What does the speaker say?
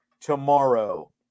tomorrow